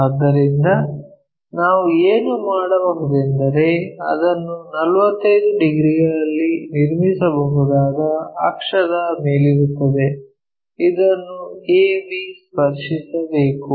ಆದ್ದರಿಂದ ನಾವು ಏನು ಮಾಡಬಹುದೆಂದರೆ ಅದನ್ನು 45 ಡಿಗ್ರಿಗಳಲ್ಲಿ ನಿರ್ಮಿಸಬಹುದಾದ ಅಕ್ಷದ ಮೇಲಿರುತ್ತದೆ ಇದನ್ನು ab ಸ್ಪರ್ಶಿಸಬೇಕು